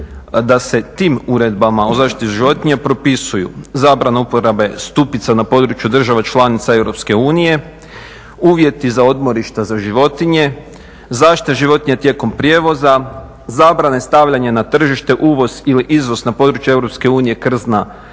da se tim uredbama o zaštiti životinja propisuju zabrana uporabe stupica na području država članica EU, uvjeti za odmorišta za životinje, zaštita životinja tijekom prijevoza, zabrane stavljanja na tržište, uvoz ili izvoz na području EU krzna,